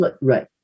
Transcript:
right